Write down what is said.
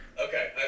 Okay